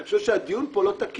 אני חושב שהדיון פה לא תקין.